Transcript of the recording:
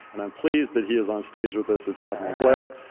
and i am pleased that he is on stage with us. it's admiral blair.